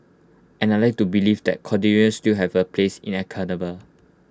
and I'd like to believe that still have A place in academe